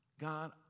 God